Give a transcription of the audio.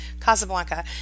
Casablanca